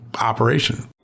operation